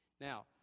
Now